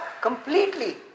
Completely